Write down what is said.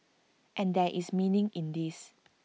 and there is meaning in this